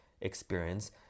experience